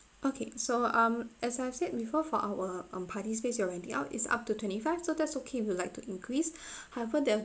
okay so um as I've said before for our party um space you're renting out it's up to twenty five so that's okay if you'd like to increase however there